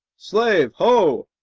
slave, ho!